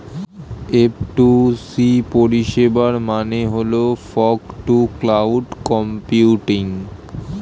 F two C পরিষেবার মানে হল ফগ টু ক্লাউড কম্পিউটিং